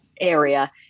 area